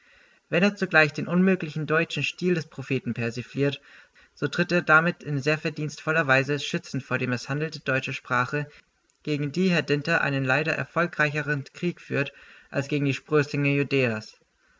wenn er zugleich den unmöglichen deutschen stil des propheten persifliert so tritt er damit in sehr verdienstvoller weise schützend vor die mißhandelte deutsche sprache gegen die herr dinter einen leider erfolgreicheren krieg führt als gegen die sprößlinge